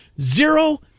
zero